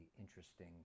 interesting